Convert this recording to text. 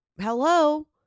Hello